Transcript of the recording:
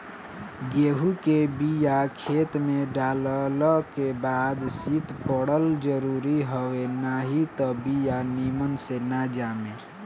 गेंहू के बिया खेते में डालल के बाद शीत पड़ल जरुरी हवे नाही त बिया निमन से ना जामे